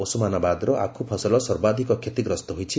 ଓସମାନାବାଦର ଆଖୁ ଫସଲ ସର୍ବାଧିକ କ୍ଷତିଗ୍ରସ୍ତ ହୋଇଛି